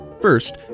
First